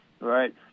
Right